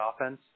offense